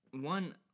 one